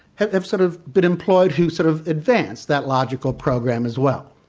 have have sort of been employed who sort of advanced that logical program as well.